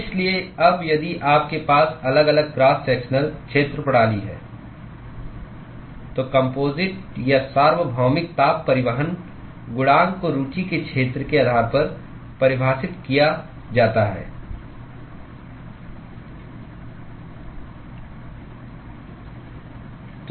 इसलिए अब यदि आपके पास अलग अलग क्रॉस सेक्शनल क्षेत्र प्रणाली है तो कम्पोजिट या सार्वभौमिक ताप परिवहन गुणांक को रुचि के क्षेत्र के आधार पर परिभाषित किया जाता है